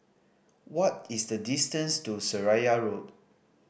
what is the distance to Seraya Road